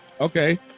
okay